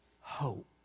hope